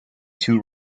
two